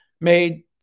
made